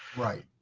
right.